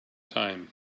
time